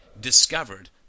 discovered